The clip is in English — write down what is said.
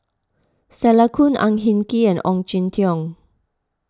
Stella Kon Ang Hin Kee and Ong Jin Teong